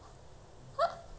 really